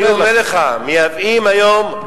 אני אומר לך, מייבאים היום,